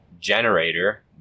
Generator